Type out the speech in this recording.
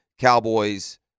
Cowboys